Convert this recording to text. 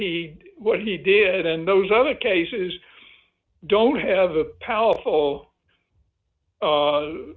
he what he did in those other cases don't have a powerful